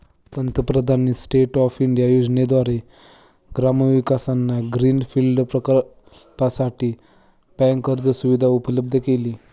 पंतप्रधानांनी stand up India योजनेद्वारे मागासवर्गीयांना ग्रीन फील्ड प्रकल्पासाठी बँक कर्ज सुविधा उपलब्ध केली